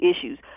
issues